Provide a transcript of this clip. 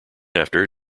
after